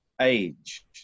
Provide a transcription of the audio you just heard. Age